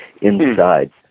inside